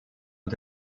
und